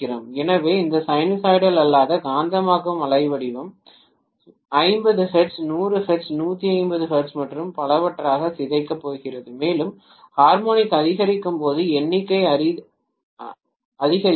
எனவே இந்த சைனூசாய்டல் அல்லாத காந்தமாக்கும் அலைவடிவம் 50 ஹெர்ட்ஸ் 100 ஹெர்ட்ஸ் 150 ஹெர்ட்ஸ் மற்றும் பலவற்றாக சிதைக்கப் போகிறது மேலும் ஹார்மோனிக் அதிகரிக்கும் போது எண்ணிக்கை அதிகரிக்கிறது